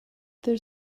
their